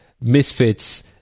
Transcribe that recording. misfits